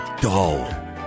Dull